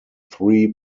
three